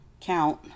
count